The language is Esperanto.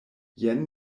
jen